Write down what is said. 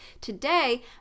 Today